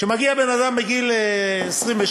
שמגיע בן-אדם לגיל 28,